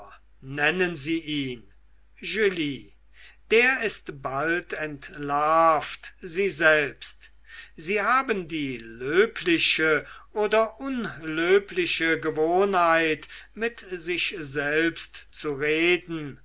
nennen sie ihn julie der ist bald entlarvt sie selbst sie haben die löbliche oder unlöbliche gewohnheit mit sich selbst zu reden